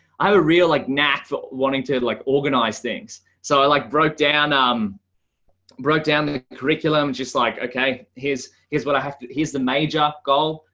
i have a real like knack for wanting to like organize things. so i like broke down, um broke down the curriculum, just like okay, here's, here's what i have. here's the major goal,